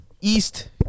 East